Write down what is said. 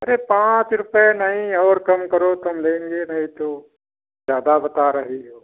अरे पाँच रुपये नहीं और कम करो तो हम लेंगे नहीं तो ज़्यादा बता रही हो